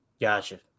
Gotcha